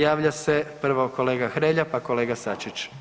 Javlja se prvo kolega Hrelja, pa kolega Sačić.